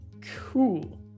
Cool